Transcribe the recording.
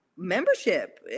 Membership